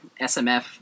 SMF